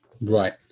Right